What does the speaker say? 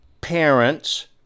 parents